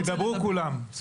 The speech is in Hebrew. ידברו כולם.